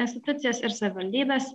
institucijas ir savivaldybes